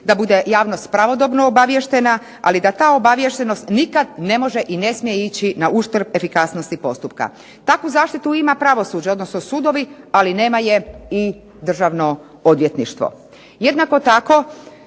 da bude javnost pravodobno obaviještena, ali da ta obaviještenost nikad ne može i ne smije ići na uštrb efikasnosti postupka. Takvu zaštitu ima pravosuđe, odnosno sudovi, ali nema je i Državno odvjetništvo.